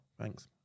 Thanks